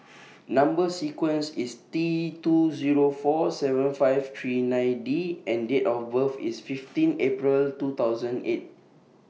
Number sequence IS T two Zero four seven five three nine D and Date of birth IS fifteen April two thousand and eight